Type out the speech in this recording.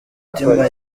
mutima